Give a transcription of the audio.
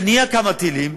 ונהיו כמה טילים,